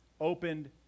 opened